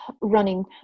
running